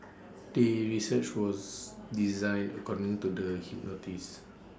the research was designed according to the hypothesis